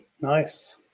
Nice